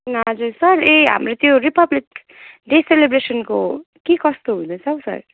हजुर सर ए हाम्रो त्यो रिपब्लिक डे सेलिब्रेसनको के कस्तो हुँदैछ हौ सर